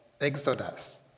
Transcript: Exodus